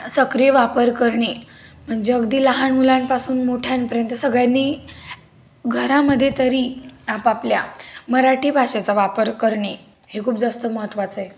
सक्रिय वापर करणे म्हणजे अगदी लहान मुलांपासून मोठ्यांपर्यंत सगळ्यांनी घरामध्ये तरी आपापल्या मराठी भाषेचा वापर करणे हे खूप जास्त महत्त्वाचं आहे